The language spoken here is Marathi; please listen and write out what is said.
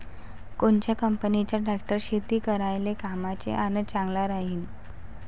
कोनच्या कंपनीचा ट्रॅक्टर शेती करायले कामाचे अन चांगला राहीनं?